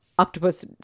octopus